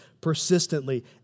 persistently